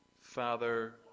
Father